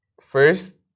first